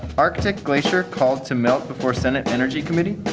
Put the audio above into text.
arctic glacier called to melt before senate energy committee